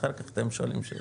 אחר כך אתם שואלים שאלות,